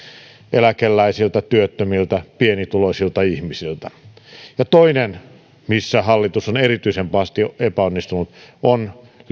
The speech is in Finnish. eläkeläisiltä työttömiltä pienituloisilta ihmisiltä toinen missä hallitus on erityisen pahasti epäonnistunut on